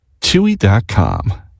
Chewy.com